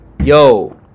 yo